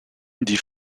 die